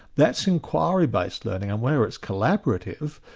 that's inquiry-based learning, and where it's collaborative,